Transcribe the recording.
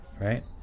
right